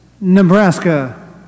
Nebraska